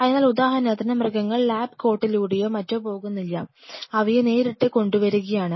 അതിനാൽ ഉദാഹരണത്തിന് മൃഗങ്ങൾ ലാബ് കോട്ടിലൂടെയോ മറ്റോ പോകുന്നില്ല അവയെ നേരിട്ട് കൊണ്ടുവരികയാണ്